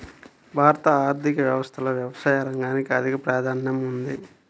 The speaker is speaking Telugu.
భారత ఆర్థిక వ్యవస్థలో వ్యవసాయ రంగానికి అధిక ప్రాధాన్యం ఉంది